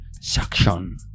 section